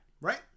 right